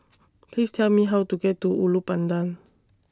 Please Tell Me How to get to Ulu Pandan